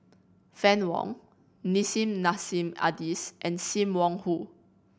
Fann Wong Nissim Nassim Adis and Sim Wong Hoo